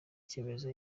cyemezo